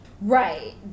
Right